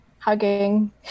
hugging